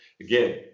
again